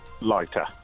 Lighter